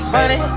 Money